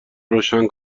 روشن